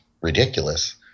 ridiculous